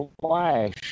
flash